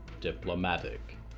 diplomatic